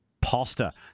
Pasta